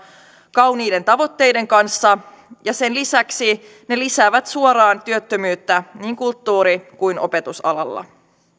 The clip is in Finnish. kauniiden tavoitteiden kanssa ja sen lisäksi ne lisäävät suoraan työttömyyttä niin kulttuuri kuin opetusalalla